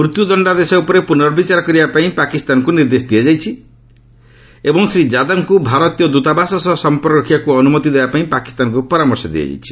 ମୃତ୍ୟୁ ଦଶ୍ଚାଦେଶ ଉପରେ ପୁନର୍ବିଚାର କରିବାପାଇଁ ପାକିସ୍ତାନକୁ ନିର୍ଦ୍ଦେଶ ଦିଆଯାଇଛି ଏବଂ ଶ୍ରୀ ଯାଦବଙ୍କୁ ଭାରତୀୟ ଦୂତାବାସ ସହ ସମ୍ପର୍କ ରଖିବାକୁ ଅନୁମତି ଦେବାପାଇଁ ପାକିସ୍ତାନକୁ ପରାମର୍ଶ ଦିଆଯାଇଛି